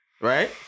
Right